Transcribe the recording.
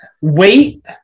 wait